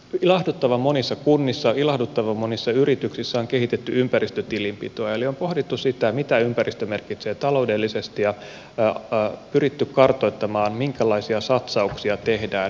ilahduttavan monissa kunnissa ilahduttavan monissa yrityksissä on kehitetty ympäristötilinpitoa eli on pohdittu sitä mitä ympäristö merkitsee taloudellisesti ja pyritty kartoittamaan minkälaisia satsauksia tehdään ympäristöalalla